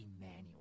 Emmanuel